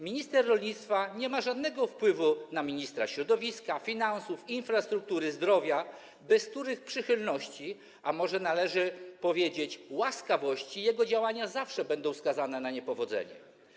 Minister rolnictwa nie ma żadnego wpływu na ministrów środowiska, finansów, infrastruktury, zdrowia, bez których przychylności, a może należy powiedzieć: łaskawości, jego działania zawsze będą skazane na niepowodzenie.